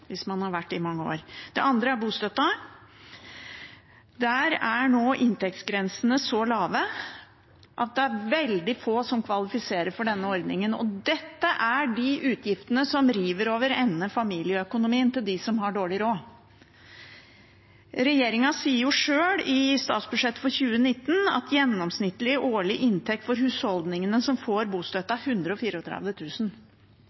hvis man har vært det i mange år. Det andre er bostøtten. Der er nå inntektsgrensene så lave at det er veldig få som kvalifiserer for denne ordningen. Utgiftene river over ende familieøkonomien til dem som har dårlig råd. Regjeringen sier sjøl i statsbudsjettet for 2019 at gjennomsnittlig årlig inntekt for husholdningene som får